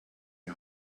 die